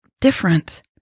different